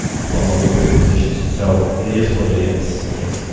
for more lucrative positions. and so, it is what it is. yes.